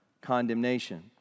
condemnation